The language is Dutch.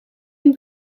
een